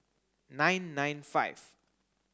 nine nine five